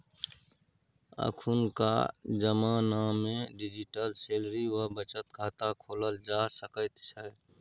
अखुनका जमानामे digital salary वा बचत खाता खोलल जा सकैत छै